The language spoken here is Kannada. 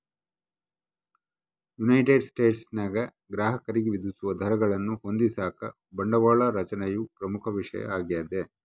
ಯುನೈಟೆಡ್ ಸ್ಟೇಟ್ಸ್ನಾಗ ಗ್ರಾಹಕರಿಗೆ ವಿಧಿಸುವ ದರಗಳನ್ನು ಹೊಂದಿಸಾಕ ಬಂಡವಾಳ ರಚನೆಯು ಪ್ರಮುಖ ವಿಷಯ ಆಗ್ಯದ